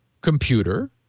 computer